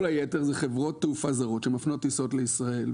כל היתר זה חברות תעופה זרות שמפנות טיסות לישראל,